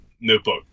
notebook